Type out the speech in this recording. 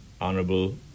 Honorable